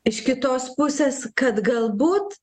iš kitos pusės kad galbūt